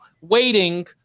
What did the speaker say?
waiting